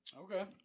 Okay